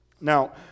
Now